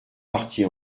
partie